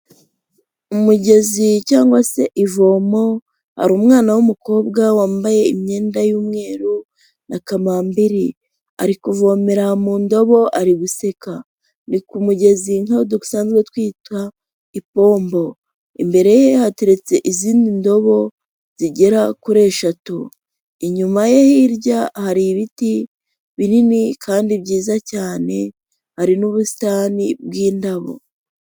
Umugezi cyangwa se ivomo, hari umwana w'umukobwa wambaye imyenda y'umweru na kamambiri, ari kuvomera mu ndobo ari guseka, ni ku mugezi nk'aho dusanzwe twita "ipombo", imbere ye hateretse izindi ndobo zigera kuri eshatu, inyuma ye hirya hari ibiti binini kandi byiza cyane, hari n'ubusitani bw'indabo.